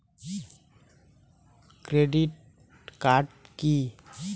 Credit card key?